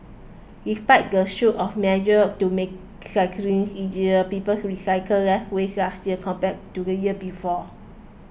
despite the slew of measures to make recycling easier people recycled less waste last year compared to the year before